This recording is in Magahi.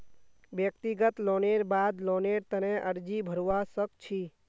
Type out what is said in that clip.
व्यक्तिगत लोनेर बाद लोनेर तने अर्जी भरवा सख छि